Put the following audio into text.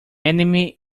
enemy